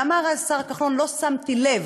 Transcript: ואמר השר כחלון: לא שמתי לב,